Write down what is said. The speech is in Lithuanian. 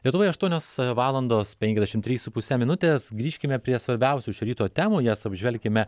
lietuvoje aštuonios valandos penkiasdešimt trys su puse minutės grįžkime prie svarbiausių šio ryto temų jas apžvelkime